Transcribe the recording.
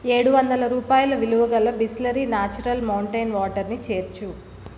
ఏడు వందల రూపాయలు విలువగల బిస్లెరి న్యాచురల్ మౌంటేన్ వాటర్ని చేర్చు